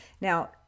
Now